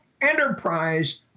enterprise